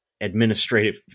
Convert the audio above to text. administrative